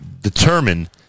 determine